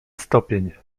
stopień